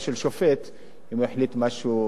אם הוא החליט החלטה כלשהי.